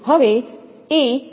હવે શોધો a